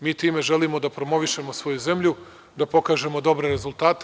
Mi time želimo da promovišemo svoju zemlju, da pokažemo dobre rezultate.